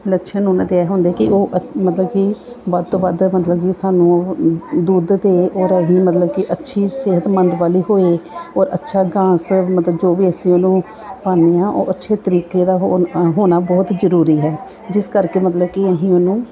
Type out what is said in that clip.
ਲੱਛਣ ਉਹਨਾਂ ਦੇ ਹੁੰਦੇ ਕਿ ਉਹ ਮਤਲਬ ਕਿ ਵੱਧ ਤੋਂ ਵੱਧ ਮਤਲਬ ਕਿ ਸਾਨੂੰ ਉਹ ਦੁੱਧ ਅਤੇ ਔਰ ਇਹ ਹੀ ਮਤਲਬ ਕਿ ਅੱਛੀ ਸਿਹਤਮੰਦ ਵਾਲੀ ਹੋਵੇ ਔਰ ਅੱਛਾ ਘਾਹ ਮਤਲਬ ਜੋ ਵੀ ਅਸੀਂ ਉਹਨੂੰ ਪਾਉਂਦੇ ਹਾਂ ਉਹ ਅੱਛੇ ਤਰੀਕੇ ਦਾ ਹੋ ਹੋਣਾ ਬਹੁਤ ਜ਼ਰੂਰੀ ਹੈ ਜਿਸ ਕਰਕੇ ਮਤਲਬ ਕਿ ਅਸੀਂ ਉਹਨੂੰ